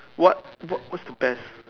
what what what's the best